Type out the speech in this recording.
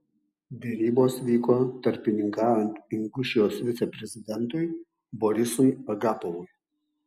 derybos vyko tarpininkaujant ingušijos viceprezidentui borisui agapovui